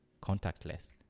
contactless